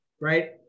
Right